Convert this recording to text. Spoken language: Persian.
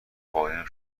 قایم